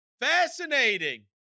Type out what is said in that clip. Fascinating